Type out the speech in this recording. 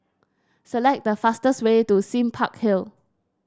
select the fastest way to Sime Park Hill